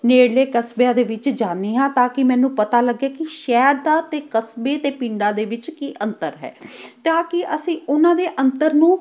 ਨੇੜਲੇ ਕਸਬਿਆਂ ਦੇ ਵਿੱਚ ਜਾਂਦੀ ਹਾਂ ਤਾਂ ਕਿ ਮੈਨੂੰ ਪਤਾ ਲੱਗੇ ਕਿ ਸ਼ਹਿਰ ਦਾ ਅਤੇ ਕਸਬੇ ਅਤੇ ਪਿੰਡਾਂ ਦੇ ਵਿੱਚ ਕੀ ਅੰਤਰ ਹੈ ਤਾਂ ਕਿ ਅਸੀਂ ਉਹਨਾਂ ਦੇ ਅੰਤਰ ਨੂੰ